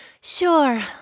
Sure